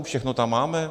Všechno tam máme?